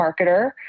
marketer